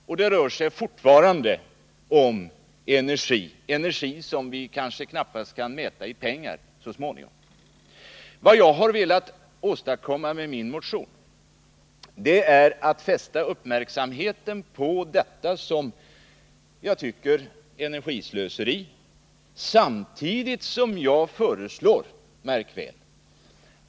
Och det rör sig fortfarande om energi, en produkt vars värde vi så småningom kanske inte ens kan mäta i pengar. Vad jag velat åstadkomma med min motion är att fästa uppmärksamheten på detta, som jag tycker, energislöseri, samtidigt som jag föreslår — märk väl!